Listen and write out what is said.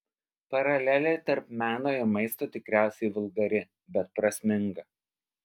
paralelė tarp meno ir maisto tikriausiai vulgari bet prasminga